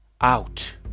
out